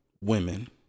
women